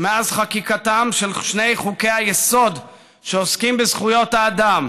מאז חקיקתם של שני חוקי-היסוד שעוסקים בזכויות האדם,